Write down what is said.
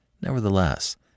Nevertheless